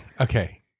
okay